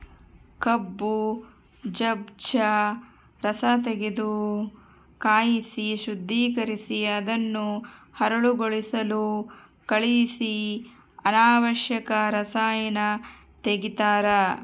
ಕಬ್ಬು ಜಜ್ಜ ರಸತೆಗೆದು ಕಾಯಿಸಿ ಶುದ್ದೀಕರಿಸಿ ಅದನ್ನು ಹರಳುಗೊಳಿಸಲು ಕಳಿಹಿಸಿ ಅನಾವಶ್ಯಕ ರಸಾಯನ ತೆಗಿತಾರ